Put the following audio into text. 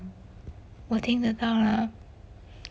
我听的到啦